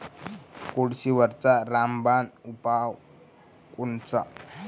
कोळशीवरचा रामबान उपाव कोनचा?